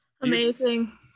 Amazing